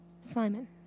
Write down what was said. Simon